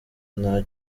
nta